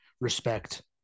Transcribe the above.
respect